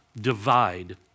divide